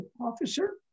Officer